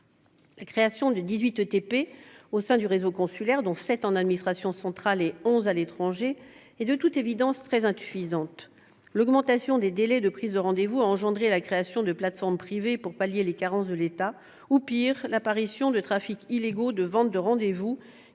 La création de 18 ETP au sein du réseau consulaire, dont 7 en administration centrale et 11 à l'étranger, est de toute évidence très insuffisante. L'augmentation des délais de prise de rendez-vous a engendré la création de plateformes privées censées pallier les carences de l'État ou, pire, l'apparition de trafics illégaux de vente de rendez-vous